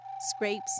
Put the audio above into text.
scrapes